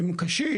אם קשיש,